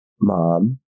mom